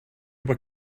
bod